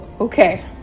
Okay